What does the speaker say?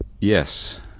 Yes